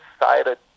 decided